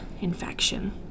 infection